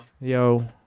Yo